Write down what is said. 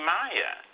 Maya